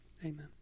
amen